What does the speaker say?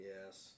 Yes